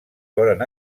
foren